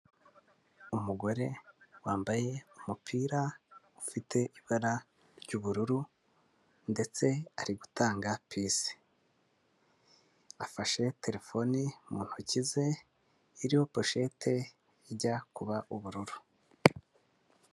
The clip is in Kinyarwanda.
Umugore wambaye umupira, ufite ibara ry'ubururu ndetse ari gutanga pisi, afashe terefone mu ntoki ze, iriho pushete ijya kuba ubururu.